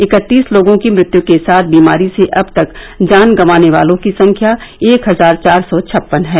इकत्तीस लोगों की मृत्यू के साथ बीमारी से अब तक जान गंवाने वालों की संख्या एक हजार चार सौ छप्पन है